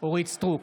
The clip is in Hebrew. אורית מלכה סטרוק,